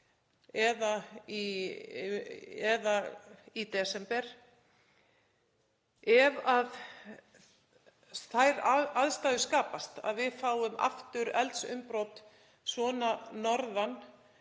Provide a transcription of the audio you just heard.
eða í desember. Ef þær aðstæður skapast að við fáum aftur eldsumbrot svona norðarlega